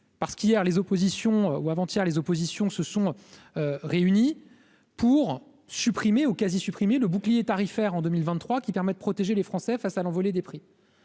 parce qu'hier, les oppositions ou avant-hier, les oppositions se sont réunis pour supprimer au quasi, supprimer le bouclier tarifaire en 2023 qui permet de protéger les Français face à l'envolée des prix.